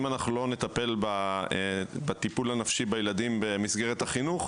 אם אנחנו לא נטפל בטיפול הנפשי בילדים במסגרת החינוך,